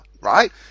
right